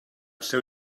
seu